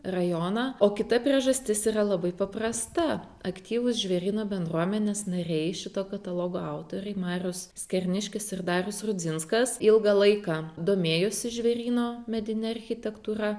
rajoną o kita priežastis yra labai paprasta aktyvūs žvėryno bendruomenės nariai šito katalogo autoriai marius skerniškis ir darius rudzinskas ilgą laiką domėjosi žvėryno medine architektūra